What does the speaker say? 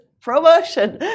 promotion